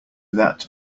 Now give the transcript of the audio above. that